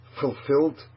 fulfilled